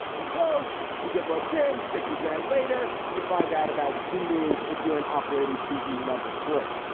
and so you get roped in fifty grand. later, you find out about xinyu if you're an operating feet in level three.